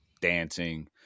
dancing